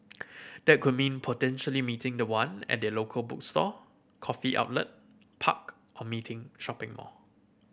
that could mean potentially meeting the one at their local bookstore coffee outlet park or meeting shopping mall